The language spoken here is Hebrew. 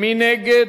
מי נגד?